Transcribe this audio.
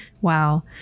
Wow